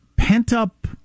pent-up